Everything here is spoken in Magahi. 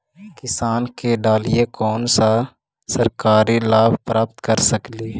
किसान के डालीय कोन सा सरकरी लाभ प्राप्त कर सकली?